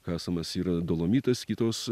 kasamas yra dolomitas kitos